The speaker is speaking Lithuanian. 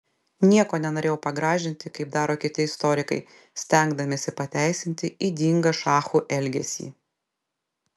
nieko nenorėjau pagražinti kaip daro kiti istorikai stengdamiesi pateisinti ydingą šachų elgesį